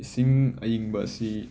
ꯏꯁꯤꯡ ꯑꯏꯪꯡꯕ ꯑꯁꯤ